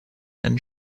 and